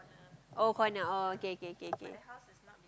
oh condo oh okay okay okay